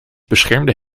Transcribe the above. beschermde